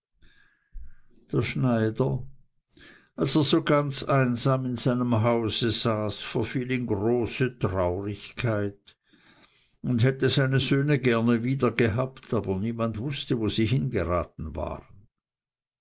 der schneider als er so ganz einsam in seinem hause saß verfiel in große traurigkeit und hätte seine söhne gerne wiedergehabt aber niemand wußte wo sie hingeraten waren